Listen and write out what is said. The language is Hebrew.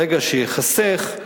ברגע שייחסך,